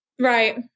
Right